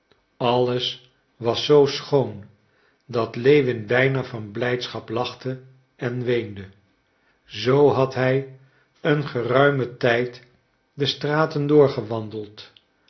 alles was zoo schoon dat lewin bijna van blijdschap lachte en weende zoo had hij een geruimen tijd de straten